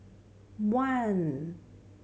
one